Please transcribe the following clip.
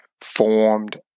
formed